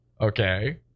Okay